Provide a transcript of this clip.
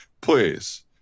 Please